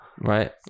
Right